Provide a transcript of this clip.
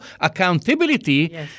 accountability